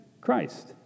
Christ